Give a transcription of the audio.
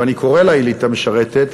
ואני קורא לה אליטה משרתת,